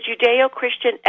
Judeo-Christian